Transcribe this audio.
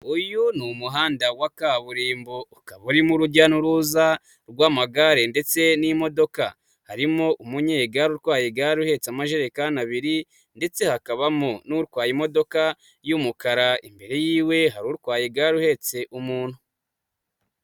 Uyu ni umuhanda wa kaburimbo urimo urujya n'uruza rw'amagare ndetse n'imodoka. Harimo umunyegari utwaye igare uhetse amajerekani abiri ndetse hakabamo n'utwaye imodoka y'umukara, imbere yiwe hari urwaye igare uhetse umuntu.